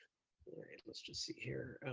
let's just see here.